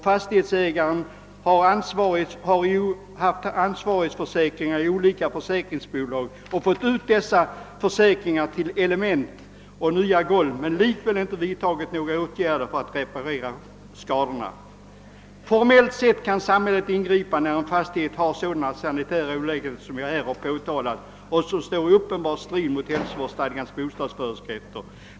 Fastighetsägaren har haft ansvarighetsförsäkringar i olika försäkringsbolag och fått ut dessa försäkringar för att sätta in nya element och lägga in nya golv, men vederbörande har inte vidtagit några åtgärder. Formellt sett kan samhället ingripa när det föreligger sådana sanitära olägenheter i en fastighet som jag här beskrivit och som står i strid mot hälso vårdsstadgans bostadsföreskrifter.